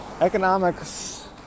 economics